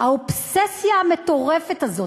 האובססיה המטורפת הזאת,